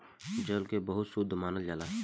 जल के बहुत शुद्ध मानल जाला